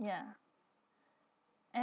ya and